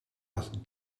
dat